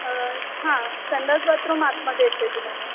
हां संडास बाथरूम आतमध्येच आहे तुम्हाला